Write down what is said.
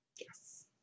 Yes